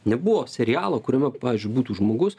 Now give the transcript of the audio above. nebuvo serialo kuriame pavyzdžiui būtų žmogus